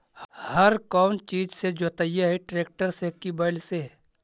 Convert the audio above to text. हर कौन चीज से जोतइयै टरेकटर से कि बैल से?